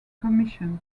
commission